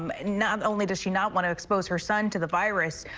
um not only does she not want to expose her son to the virus,